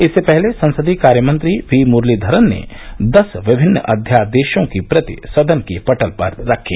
इससे पहले संसदीय कार्यमंत्री वी मुरलीधरन ने दस विभिन्न अध्यादेशों की प्रति सदन के पटल पर रखी